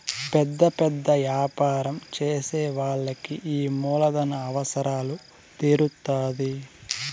పెద్ద పెద్ద యాపారం చేసే వాళ్ళకి ఈ మూలధన అవసరాలు తీరుత్తాధి